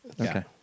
Okay